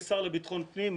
כשר לביטחון פנים,